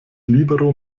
libero